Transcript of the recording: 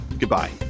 Goodbye